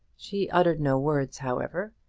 she uttered no words, however,